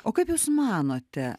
o kaip jūs manote